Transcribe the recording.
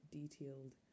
detailed